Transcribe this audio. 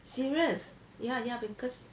serious ya ya because